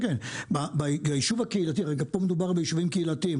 פה מדובר ביישובים קהילתיים,